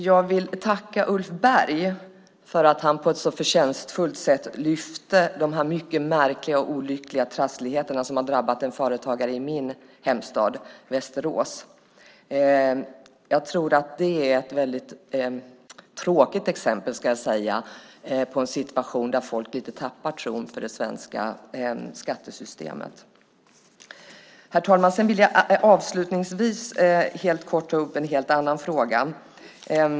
Jag vill tacka Ulf Berg för att han på ett så förtjänstfullt sätt lyfte fram de mycket märkliga och olyckliga trassligheterna som har drabbat en företagare i min hemstad Västerås. Det är ett väldigt tråkigt exempel på en situation som gör att folk lite tappar tron på det svenska skattesystemet. Herr talman! Avslutningsvis vill jag helt kort ta upp en helt annan fråga.